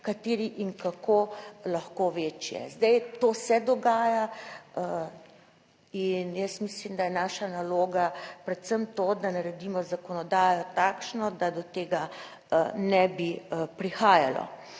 kateri in kako, lahko večje. Zdaj to se dogaja in jaz mislim, da je naša naloga predvsem to, da naredimo zakonodajo takšno, da do tega ne bi prihajalo.